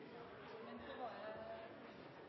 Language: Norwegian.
men